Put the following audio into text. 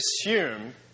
assume